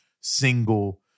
single